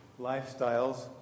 lifestyles